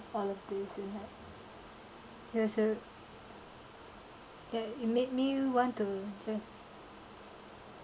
all of this and like ya so that it make me want to just